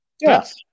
Yes